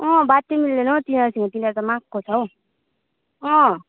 अँ बातै मिल्दैन हो तिनीहरूसँग तिनीहरू त महाको छ हो अँ